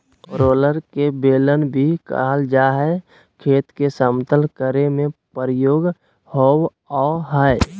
roller के बेलन भी कहल जा हई, खेत के समतल करे में प्रयोग होवअ हई